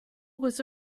was